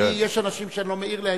יש אנשים שאני לא מעיר להם,